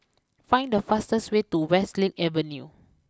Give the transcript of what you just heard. find the fastest way to Westlake Avenue